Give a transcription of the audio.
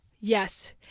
Yes